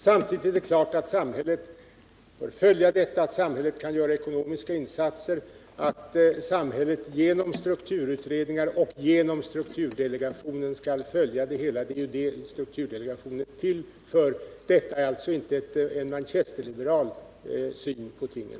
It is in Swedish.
Samtidigt är det klart att samhället bör följa utvecklingen och kan göra ekonomiska insatser, att samhället genom strukturutredningar och genom strukturdelegationen kan följa det hela — det är detta strukturdelegationen är till för. Detta är alltså inte någon manchesterliberal syn på tingen.